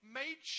made